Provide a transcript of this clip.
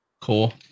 cool